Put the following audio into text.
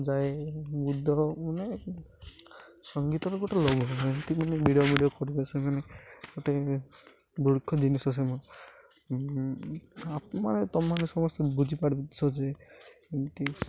ଯାଏ ବୁଦର ମାନେ ସଙ୍ଗୀତର ଗୋଟେ ଲଭ ଏମିତି ମାନେ ଭିଡ଼ିଓ ଫିଡ଼ିଓ କରିବେ ସେମାନେ ଗୋଟେ ବୃକ୍ଷ ଜିନିଷ ସେମାନେ ଆମେମାନେ ତୁମେ ସମସ୍ତେ ବୁଝିପାରିବ ସହଜେ ଏମିତି